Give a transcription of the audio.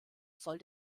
soll